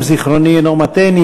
אם זיכרוני אינו מטעני,